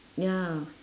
ya